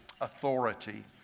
authority